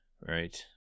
right